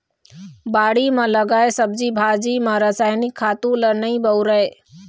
बाड़ी म लगाए सब्जी भाजी म रसायनिक खातू ल नइ बउरय